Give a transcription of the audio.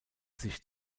sich